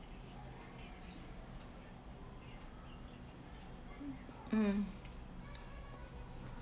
um